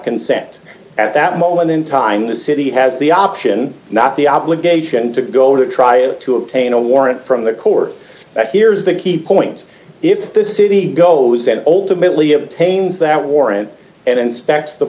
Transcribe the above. consent at that moment in time the city has the option not the obligation to go to trial to obtain a warrant from the court but here's the key point if the city goes and ultimately obtains that warrant and inspects the